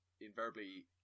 invariably